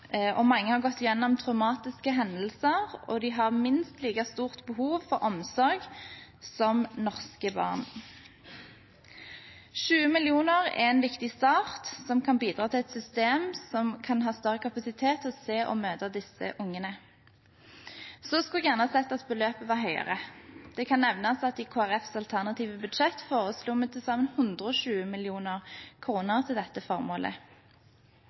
mange har gått gjennom traumatiske hendelser, og de har minst like stort behov for omsorg som norske barn. 20 mill. kr er en viktig start som kan bidra til et system som kan ha større kapasitet til å se og møte disse ungene. Så skulle jeg gjerne ha sett at beløpet var høyere. Det kan nevnes at i Kristelig Folkepartis alternative budsjett foreslo vi til sammen 120 mill. kr til dette formålet.